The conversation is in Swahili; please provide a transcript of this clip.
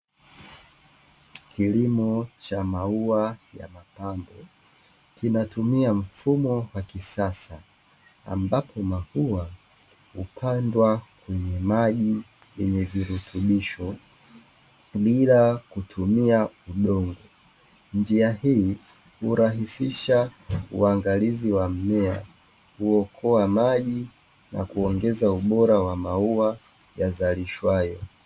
Kilimo cha maua, ya mapambo kinatumia mfumo wa kisasa ambapo maua hupandwa kwenye maji yenye virutubisho bila kutumia udongo. Njia hii hurahisisha uangalizi wa mmea ,huokoa maji, na kuongeza ubora wa maua yazalishwayo.